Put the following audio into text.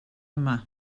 yma